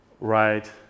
right